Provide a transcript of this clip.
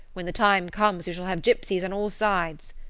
when the time comes we shall have gypsies on all sides.